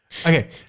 Okay